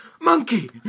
Monkey